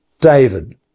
David